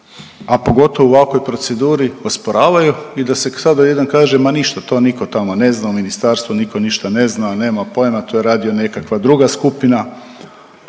a pogotovo u ovakvoj proceduri osporavaju i da se sad odjednom kaže ma ništa to nitko tamo ne zna u ministarstvu, nitko ništa ne zna, nema pojma, to je radila nekakva druga skupina.